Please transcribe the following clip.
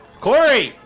cory.